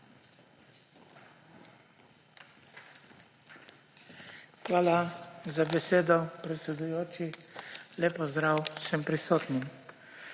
Hvala za besedo, predsedujoči. Lep pozdrav vsem prisotnim!